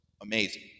amazing